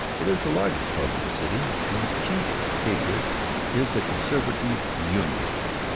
it is the largest club in the city, and its chief hatred is the conservative union club,